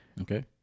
Okay